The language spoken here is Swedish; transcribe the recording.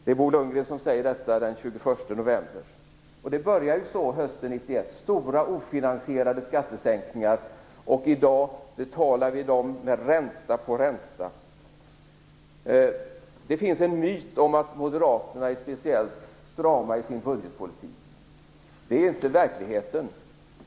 Det är Bo Lundgren som säger detta den 21 november. Det började så hösten 1991 - stora ofinansierade skattesänkningar. I dag betalar vi dem med ränta på ränta. Det finns en myt om att Moderaterna är speciellt strama i sin budgetpolitik. Sådan är inte verkligheten.